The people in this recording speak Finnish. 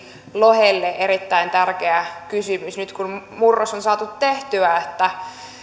lohelle erittäin tärkeä kysymys nyt kun murros on saatu tehtyä ja kun